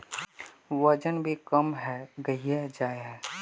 वजन भी कम है गहिये जाय है?